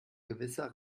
gewisser